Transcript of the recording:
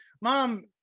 mom